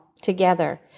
together